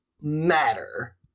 matter